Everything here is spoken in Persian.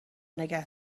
نگه